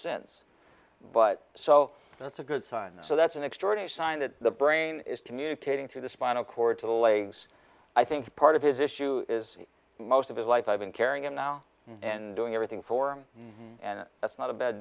since but so that's a good sign so that's an extraordinary sign that the brain is communicating through the spinal cord to the legs i think part of his issue is most of his life i've been carrying him now and doing everything for him and that's not a bad